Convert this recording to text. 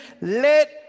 let